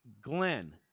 Glenn